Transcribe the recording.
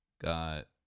Got